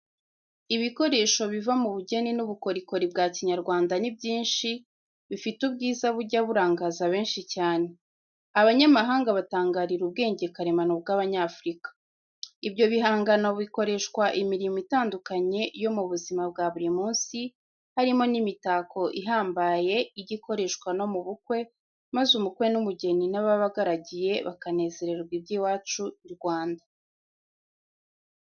Ibikoresho biva mu bugeni n'ubukorikori bwa Kinyarwanda ni byinshi, bifite ubwiza bujya burangaza benshi cyane abanyamahanga batangarira ubwenge karemano bw'Abanyafurika, ibyo bihangano bikoreshwa imirimo itandukanye yo mu buzima bwa buri munsi, harimo n'imitako ihambaye ijya ikoreshwa no mu bukwe maze umukwe n'umugeni n'ababagaragiye bakanezererwa iby'iwacu i Rwanda.